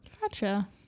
Gotcha